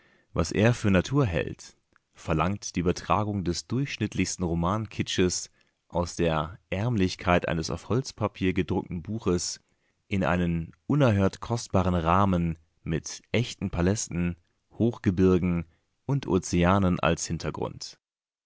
was er für natur hält verlangt die übertragung des durchschnittlichsten romankitsches aus der ärmlichkeit eines auf holzpapier gedruckten buches in einen unerhört kostbaren rahmen mit echten palästen hochgebirgen und ozeanen als hintergrund